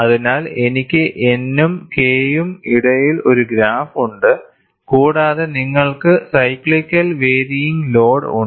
അതിനാൽ എനിക്ക് N നും K നും ഇടയിൽ ഒരു ഗ്രാഫ് ഉണ്ട് കൂടാതെ നിങ്ങൾക്ക് സൈക്ലിക്കൽ വേരിയിങ് ലോഡ് ഉണ്ട്